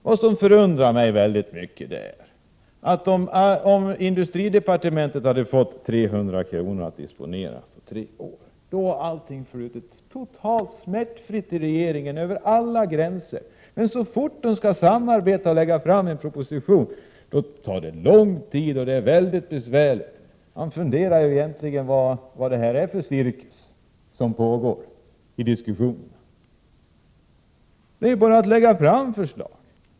Vad som förundrar mig väldigt mycket är att om industridepartementet hade fått 300 miljoner att disponera på tre år, hade allt flutit totalt smärtfritt i regeringen. Men så fort departementen skall samarbeta om att lägga fram en proposition blir det väldigt besvärligt och tar lång tid. Det finns anledning att undra vad det är för cirkus som pågår. Det är bara att lägga fram förslag.